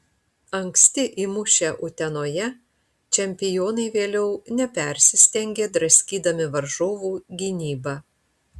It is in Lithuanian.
anksti įmušę utenoje čempionai vėliau nepersistengė draskydami varžovų gynybą